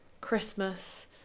Christmas